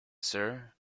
sir